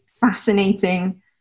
fascinating